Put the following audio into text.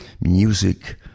music